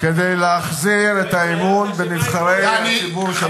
כדי להחזיר את האמון בנבחרי הציבור שלכם.